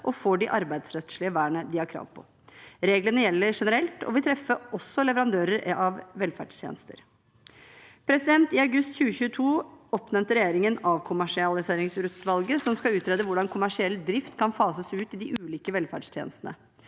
og får det arbeidsrettslige vernet de har krav på. Reglene gjelder generelt og vil treffe også leverandører av velferdstjenester. I august 2022 oppnevnte regjeringen avkommersialiseringsutvalget, som skal utrede hvordan kommersiell drift kan fases ut i de ulike velferdstjenestene.